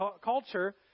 culture